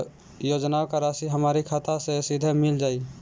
योजनाओं का राशि हमारी खाता मे सीधा मिल जाई?